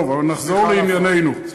אבל נחזור לענייננו.